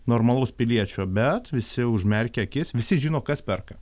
normalaus piliečio bet visi užmerkia akis visi žino kas perka